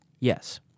Yes